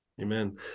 Amen